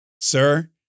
sir